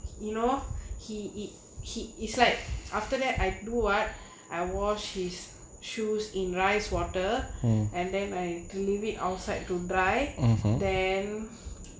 you know he he he is like after that I do what I wash his shoes in rice water and then I leave it outside to dry then